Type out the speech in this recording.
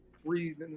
three